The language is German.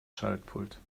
schaltpult